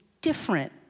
different